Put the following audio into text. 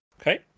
okay